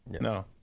No